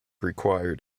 required